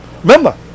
remember